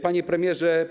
Panie premierze!